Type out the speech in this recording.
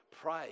Pray